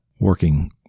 working